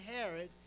Herod